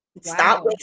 Stop